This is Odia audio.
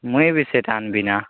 ମୁଇଁ ବି ସେଠାନ ଦିନା